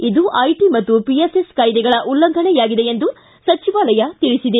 ಇದು ಐಟಿ ಮತ್ತು ಪಿಎಸ್ಎಸ್ ಕಾಯ್ದೆಗಳ ಉಲ್ಲಂಘನೆಯಾಗಿದೆ ಎಂದು ಸಚಿವಾಲಯ ತಿಳಿಸಿದೆ